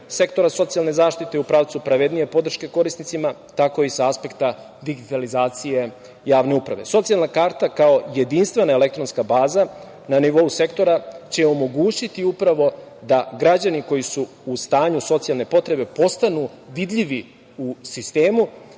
sektora socijalne zaštite u pravcu pravednije podrške korisnicima, tako i sa aspekta digitalizacije javne uprave. Socijalne karta, kao jedinstvena elektronska baza na nivou sektora, će omogućiti upravo da građani koji su u stanju socijalne potrebe postanu vidljivi u sistemu,